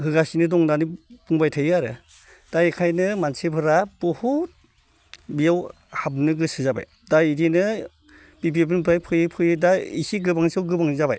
होगासिनो दं दायो होननानै बुंबाय थायो आरो दा बेखायनो मानसिफोरा बहुद बेयाव हाबनो गोसो जाबाय दा इदिनो बि पि एफ निफ्राय फैयै फैयै दा इसे गोबांनि सायाव गोबां जाबाय